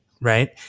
right